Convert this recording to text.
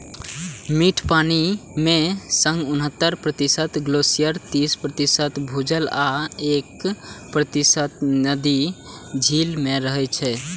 मीठ पानि मे सं उन्हतर प्रतिशत ग्लेशियर, तीस प्रतिशत भूजल आ एक प्रतिशत नदी, झील मे रहै छै